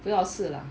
不要试 lah